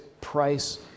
price